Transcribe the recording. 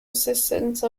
assistance